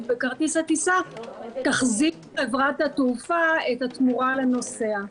בכרטיס הטיסה תחזיר חברת התעופה את התמורה לנוסע.